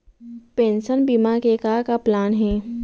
Pension बीमा के का का प्लान हे?